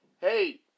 Hey